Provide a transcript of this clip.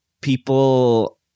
people